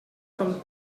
from